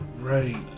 Right